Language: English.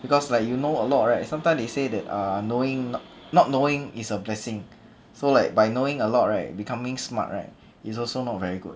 because like you know a lot right sometime they say that knowing not knowing is a blessing so like by knowing a lot right becoming smart right is also not very good